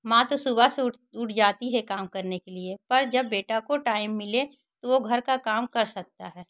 माँ तो सुबह से उठ उठ जाती है काम करने के लिए पर जब बेटे को टाइम मिले तो वह घर का काम कर साकता है